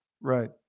Right